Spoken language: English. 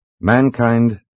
Mankind